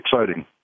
exciting